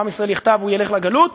אם עם ישראל יחטא וילך לגלות,